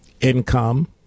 income